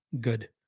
good